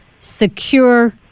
secure